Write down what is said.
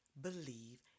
believe